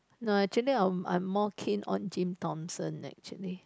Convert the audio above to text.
no actually I'm I'm more keen on Jim Thompson actually